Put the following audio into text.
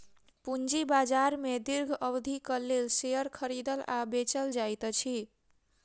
पूंजी बाजार में दीर्घ अवधिक लेल शेयर खरीदल आ बेचल जाइत अछि